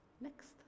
Next